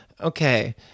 Okay